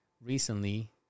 recently